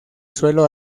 suelo